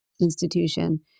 institution